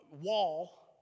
wall